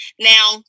now